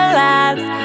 last